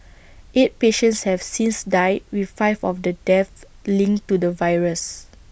eight patients have since died with five of the deaths linked to the virus